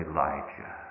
Elijah